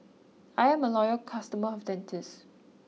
I'm a loyal customer of Dentiste